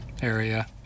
Area